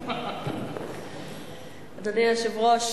אדוני היושב-ראש,